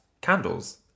candles